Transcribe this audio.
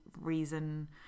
reason